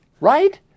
right